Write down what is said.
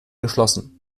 geschlossen